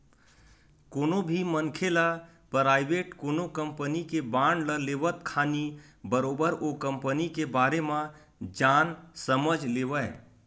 कोनो भी मनखे ल पराइवेट कोनो कंपनी के बांड ल लेवत खानी बरोबर ओ कंपनी के बारे म जान समझ लेवय